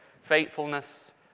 faithfulness